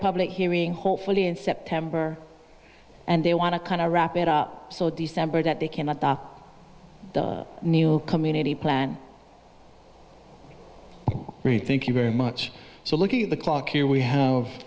public hearing hopefully in september and they want to kind of wrap it up so december that they came up the new community plan great thank you very much so looking at the clock here we have